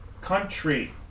country